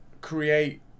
create